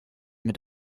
mit